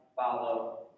follow